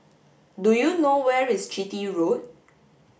do you know where is Chitty Road